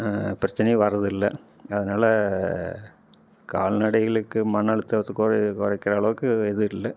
பிரச்சனையும் வர்றது இல்லை அதனால் கால்நடைகளுக்கு மன அழுத்தத்தை குற குறைக்கிற அளவுக்கு எது இல்லை